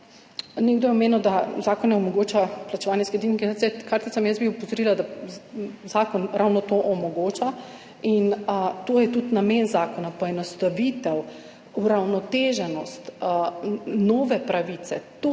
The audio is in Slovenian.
Nekdo je omenil, da zakon ne omogoča plačevanja s kreditnimi karticami. Jaz bi opozorila, da zakon ravno to omogoča. To je tudi namen zakona – poenostavitev, uravnoteženost, nove pravice, to